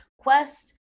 quest